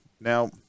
Now